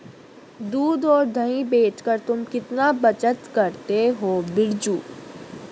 दूध और दही बेचकर तुम कितना बचत करते हो बिरजू?